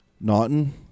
Naughton